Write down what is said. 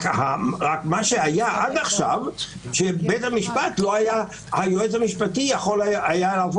מה שהיה עד עכשיו שהיועץ המשפטי יכול היה לבוא